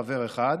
חבר אחד,